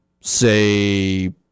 say